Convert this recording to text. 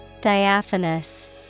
Diaphanous